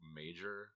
major